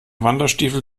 wanderstiefel